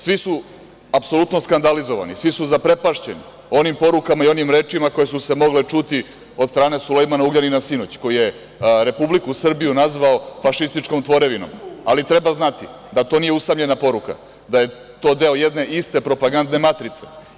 Svi su apsolutno skandalizovani, svi su zaprepašćeni onim porukama i onim rečima koje su se mogle čuti od strane Sulejmana Ugljanina sinoć koji je Republiku Srbiju nazvao fašističkom tvorevinom, ali treba znati da to nije usamljena poruka, da je to deo jedne iste propagandne matrice.